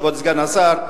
כבוד סגן השר: